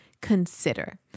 consider